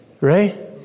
Right